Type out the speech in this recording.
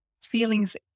feelings